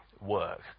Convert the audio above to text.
work